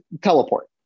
Teleport